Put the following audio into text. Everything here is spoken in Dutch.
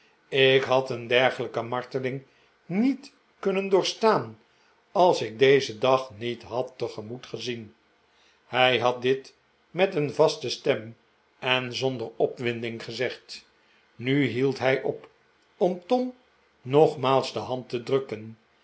ik had een dergelijke marteling niet kunnen doorstaan als ik dezen dag niet had tegemoet gezien hij had dit met een vaste stem en zonder opwinding gezegd nu hield hij op om tom nogmaals de hand te drukken